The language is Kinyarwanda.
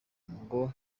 ngo